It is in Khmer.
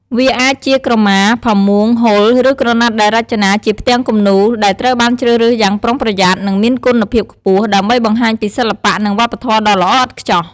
វាអាចជាក្រមា ផាមួង ហូល ឬក្រណាត់ដែលរចនាជាផ្ទាំងគំនូរ ដែលត្រូវបានជ្រើសរើសយ៉ាងប្រុងប្រយ័ត្ន និងមានគុណភាពខ្ពស់ ដើម្បីបង្ហាញពីសិល្បៈ និងវប្បធម៌ដ៏ល្អឥតខ្ចោះ